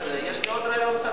הנה הוא פה.